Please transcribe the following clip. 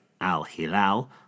Al-Hilal